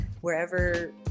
wherever